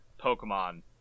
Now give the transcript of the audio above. Pokemon